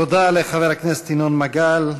תודה לחבר הכנסת ינון מגל.